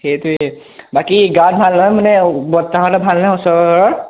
সেইটোৱে বাকী গা ভাল নহয় মানে বৰ্তাহঁতৰ ভাল নহয় ওচৰৰ